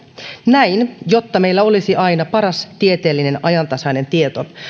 näin jotta meillä olisi aina paras tieteellinen ajantasainen tieto